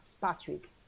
Patrick